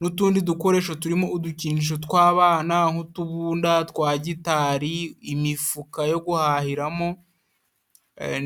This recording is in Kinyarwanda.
n'utundi dukoresho turimo udukinisho tw'abana, nk'utubunda, twa gitari imifuka yo guhahiramo,